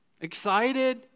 excited